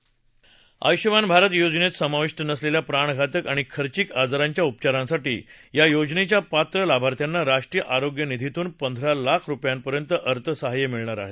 आयुष्मान भारत योजनेत समाविष्ट नसलेल्या प्राणघातक आणि खर्चिक आजारांच्या उपचारांसाठी या योजनेच्या पात्र लाभार्थ्यांना राष्ट्रीय आरोग्य निधीतून पंधरा लाख रुपयांपर्यंत अर्थसहाय्य मिळणार आहे